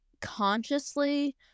consciously